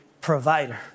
provider